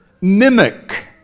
mimic